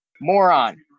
moron